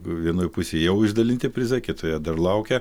vienoj pusėj jau išdalinti prizai kitoje dar laukia